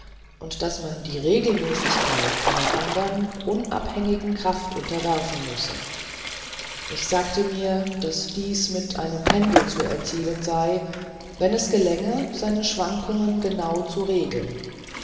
und daß man sie der regelmäßigkeit einer andern unabhängigen kraft unterwerfen müsse ich sagte mir daß dies mit einem pendel zu erzielen sei wenn es gelänge seine schwankungen genau zu regeln